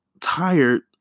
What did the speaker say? tired